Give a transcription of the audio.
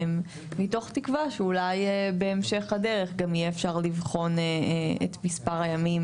מתוך תקווה שאולי בהמשך הדרך גם אפשר יהיה לבחון את מספר הימים,